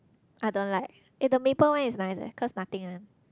I don't like eh the maple one is nice leh cause nothing one